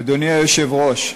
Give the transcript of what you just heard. אדוני היושב-ראש,